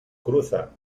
cruza